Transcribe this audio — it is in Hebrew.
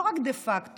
לא רק דה פקטו,